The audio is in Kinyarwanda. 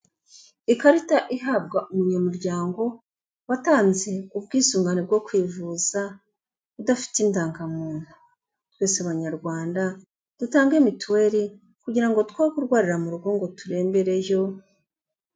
Ikarita ihabwa umunyamuryango watanze ubwisungane bwo kwivuza udafite indangamuntu, twese Abanyarwanda dutange mituweli kugira twe kurwarira mu rugo ngo turembereyo.